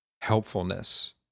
helpfulness